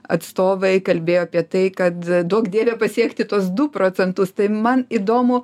atstovai kalbėjo apie tai kad duok dieve pasiekti tuos du procentus tai man įdomu